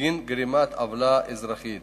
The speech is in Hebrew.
בגין גרימת עוולה אזרחית.